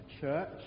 church